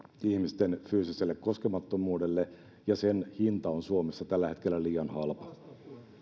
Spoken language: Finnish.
ihmisten fyysiselle koskemattomuudelle ja sen hinta on suomessa tällä hetkellä liian halpa